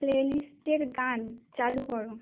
play লিস্টের গান চালু কর